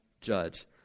Judge